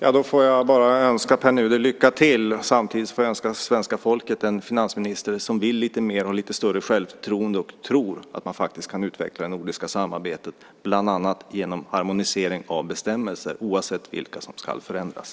Fru talman! Jag får önska Pär Nuder lycka till. Samtidigt får jag önska det svenska folket en finansminister som vill lite mer, har lite större självförtroende och tror att man faktiskt kan utveckla det nordiska samarbetet bland annat genom harmonisering av bestämmelser, oavsett vilka som ska förändras.